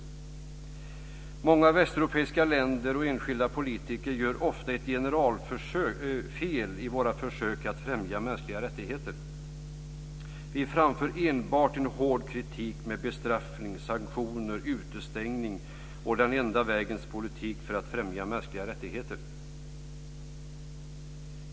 Många av oss i de västeuropeiska länderna - och enskilda politiker - gör ofta ett generalfel i våra försök att främja mänskliga rättigheter. Vi framför enbart hård kritik, bestraffningar, sanktioner, utestängning och "den-enda-vägens-politik" för att främja mänskliga rättigheter.